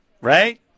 right